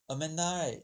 amanda [right]